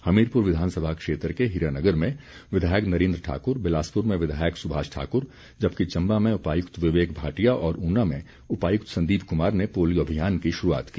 हमीरपुर विधानसभा क्षेत्र के हीरानगर में विधायक नरेन्द्र ठाकुर बिलासपुर में विधायक सुभाष ठाकुर जबकि चम्बा में उपायुक्त विवेक भाटिया और ऊना में उपायुक्त संदीप कुमार ने पोलियो अभियान की शुरूआत की